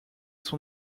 son